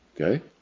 Okay